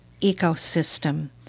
ecosystem